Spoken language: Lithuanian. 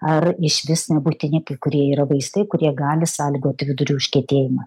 ar išvis nebūtini kai kurie yra vaistai kurie gali sąlygoti vidurių užkietėjimą